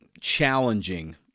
challenging